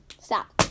Stop